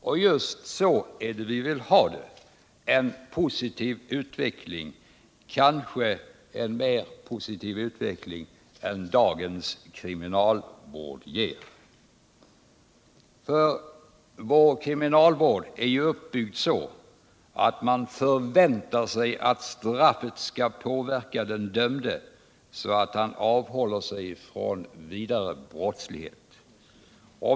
Och just så är det vi vill ha det — en positiv utveckling, kanske en mer positiv utveckling än dagens kriminalvård ger de intagna. Vår kriminalvård är ju uppbyggd på sådant sätt att man förväntar sig att straffet skall påverka den dömde så att han avhåller sig från vidare brottslighet.